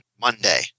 Monday